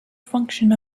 function